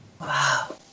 Wow